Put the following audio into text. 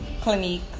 Clinique